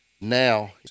now